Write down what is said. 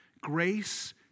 Grace